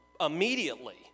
immediately